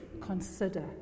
consider